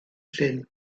llyn